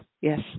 yes